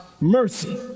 mercy